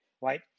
right